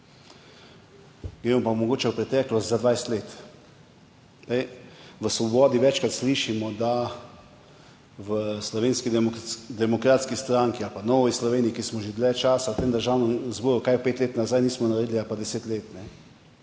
gre pa mogoče v preteklost za 20 let. Od Svobode večkrat slišimo, da v Slovenski demokratski stranki ali pa Novi Sloveniji, ki smo že dlje časa v Državnem zboru, česa pet let nazaj nismo naredili, ali pa 10 let.